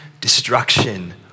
destruction